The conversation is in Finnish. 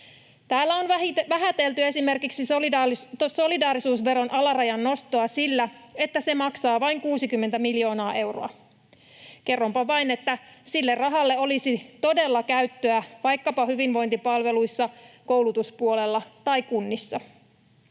Täällä on vähätelty esimerkiksi solidaarisuusveron alarajan nostoa sillä, että se maksaa vain 60 miljoonaa euroa. Kerronpa vain, että sille rahalle olisi todella käyttöä vaikkapa hyvinvointipalveluissa, koulutuspuolella tai kunnissa.